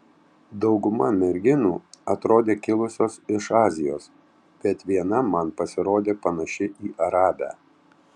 dauguma merginų atrodė kilusios iš azijos bet viena man pasirodė panaši į arabę